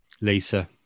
Lisa